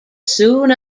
soon